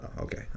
Okay